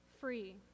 free